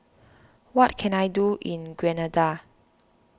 what can I do in Grenada